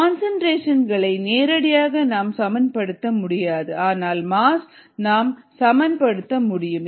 concentration களை நேரடியாக நாம் சமன்படுத்த முடியாது ஆனால் மாஸ் நாம் சமன் படுத்த முடியும்